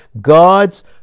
gods